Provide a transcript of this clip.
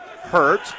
hurt